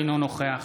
אינו נוכח